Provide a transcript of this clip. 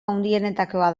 handienetakoa